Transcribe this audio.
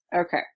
Okay